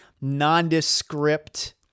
nondescript